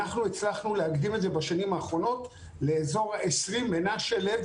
ובשנים האחרונות הצלחנו להקדים את זה לאזור 20 באוגוסט,